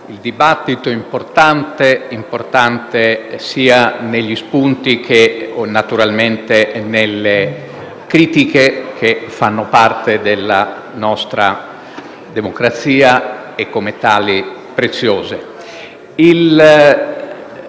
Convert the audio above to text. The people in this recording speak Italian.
il dibattito importante sia negli spunti, che - naturalmente - nelle critiche, che fanno parte della nostra democrazia e, come tali, sono preziose.